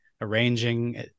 arranging